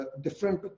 different